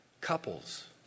couples